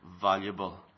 valuable